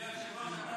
אדוני היושב-ראש,